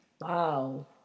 wow